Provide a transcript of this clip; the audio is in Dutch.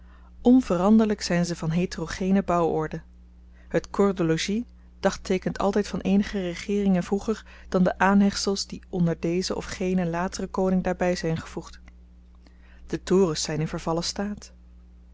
onveranderlyk zyn ze van heterogeene bouworde het corps de logis dagteekent altyd van eenige regeeringen vroeger dan de aanhechtsels die onder dezen of genen lateren koning daarby zyn gevoegd de torens zyn in vervallen staat